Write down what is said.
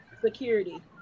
security